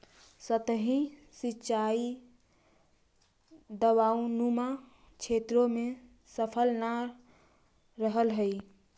सतही सिंचाई ढवाऊनुमा क्षेत्र में सफल न रहऽ हइ